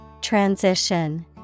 Transition